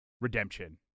redemption